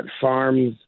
farms